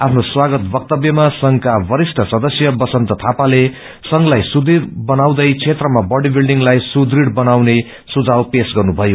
आफ्नो स्वागत वक्तव्यमा संक्का वरिष्ठ सदस्य बसन्त थापाले संक्लाई सुदूढ़ बनाउँदै क्षेत्रमा बड़ी विल्डिङ्ताई सुदूढ़ बनाउने सुझाव पेश गन्नुभयो